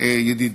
ידידי,